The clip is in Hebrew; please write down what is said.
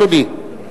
אדוני,